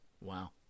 Wow